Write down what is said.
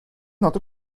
not